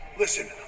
Listen